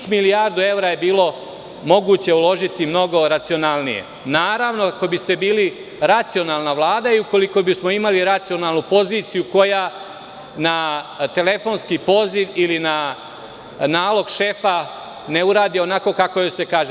Tih milijardu evra je bilo moguće uložiti mnogo racionalnije, naravno, ukoliko biste bili racionalna Vlada i ukoliko bismo imali racionalnu poziciju koja na telefonski poziv ili na nalog šefa ne uradi onako kako joj se kaže.